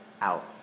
out